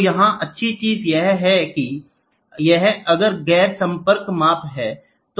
तो यहाँ अच्छी चीज क्या है कि यह गैर संपर्क माप है